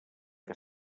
que